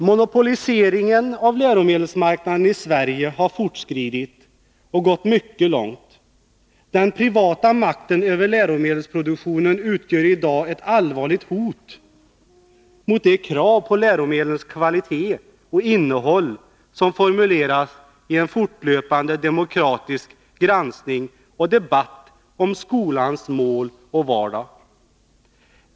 Monopoliseringen av läromedelsmarknaden i Sverige har fortskridit och gått mycket långt. Den privata makten över läromedelsproduktionen utgör i dag ett allvarligt hot mot de krav på läromedlens kvalitet och innehåll som formuleras i en fortlöpande demokratisk granskning och debatt om skolans mål och vardag.